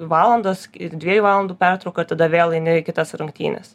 valandos ir dviejų valandų pertrauka ir tada vėl eini į kitas rungtynes